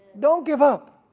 don't give up,